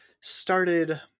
started